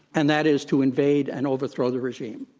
and that is to invade and overthrow the regime.